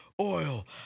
oil